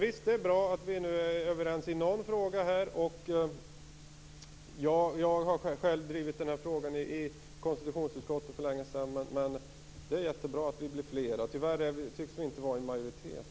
Visst är det bra att vi nu är överens i någon fråga. Jag har själv drivit den här frågan i konstitutionsutskottet, men det är jättebra att vi blir fler. Tyvärr tycks vi ännu inte vara i majoritet.